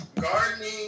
Gardening